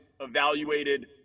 evaluated